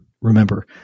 Remember